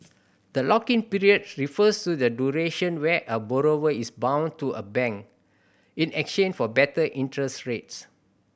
the lock in period refers to the duration where a borrower is bound to a bank in exchange for better interest rates